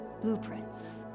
blueprints